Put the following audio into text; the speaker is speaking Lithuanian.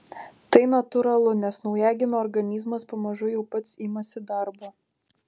tai natūralu nes naujagimio organizmas pamažu jau pats imasi darbo